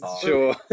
Sure